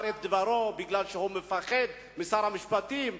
את דברו בגלל שהוא מפחד משר המשפטים,